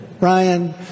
Ryan